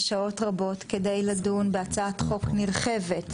ושעות רבות כדי לדון בהצעת חוק נרחבת.